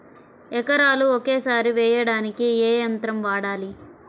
ఎకరాలు ఒకేసారి వేయడానికి ఏ యంత్రం వాడాలి?